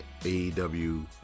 AEW